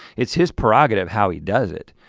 it's his prerogative how he does it.